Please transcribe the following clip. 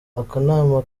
akanama